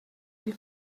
die